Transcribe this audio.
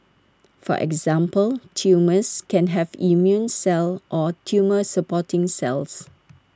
for example tumours can have immune cells or tumour supporting cells